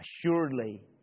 assuredly